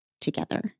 together